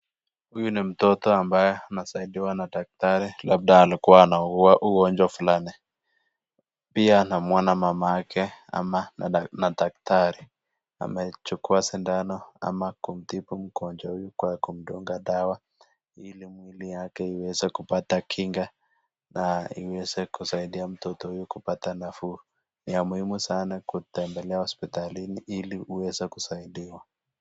Huyu ni mtoto ambaye amesaidiwa na daktari labda alikuwa anaugua ugonjwa fulani. Pia namwona mamake ama na daktari amechukuwa sindano ama kumtibu mgonjwa kwa kumdunga dawa ili mwili yake iweze kupata kinga na iweze kusaidia mtoto huyu kupata nafuu. Ni ya muhimu sana kutembelea hospitalini ili uweze kusaidiwa.